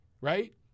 right